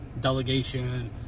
delegation